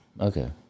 Okay